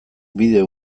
bideo